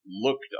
looked